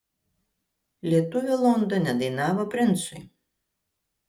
lietuvė londone dainavo princui